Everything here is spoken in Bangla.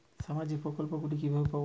সামাজিক প্রকল্প গুলি কিভাবে পাব?